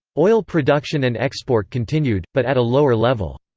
oil production and export continued, but at a lower level.